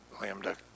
Lambda